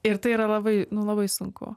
ir tai yra labai nu labai sunku